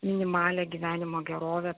minimalią gyvenimo gerovę